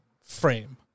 frame